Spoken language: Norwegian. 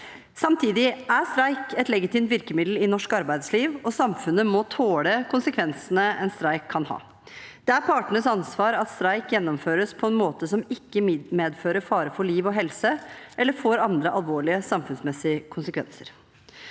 Samtidig er streik et legitimt virkemiddel i norsk arbeidsliv, og samfunnet må tåle konsekvensene en streik kan ha. Det er partenes ansvar at streik gjennomføres på en måte som ikke medfører fare for liv og helse eller får andre alvorlige samfunnsmessige konsekvenser.